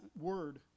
word